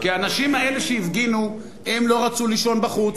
כי האנשים האלה שהפגינו לא רצו לישון בחוץ,